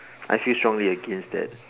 I feel strongly against that